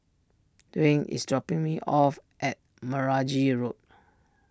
Dwyane is dropping me off at Meragi Road